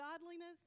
godliness